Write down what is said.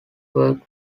work